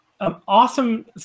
awesome